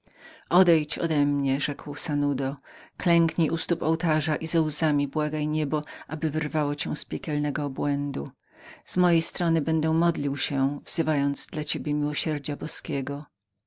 odejdź odemnie rzekł sanudo klęknij u stóp ołtarza i ze łzami błagaj niebo aby wyrwało cię z piekielnego obłędu z mojej strony będę modlił się wzywając nad tobą miłosierdzia boskiego